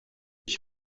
ich